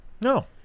No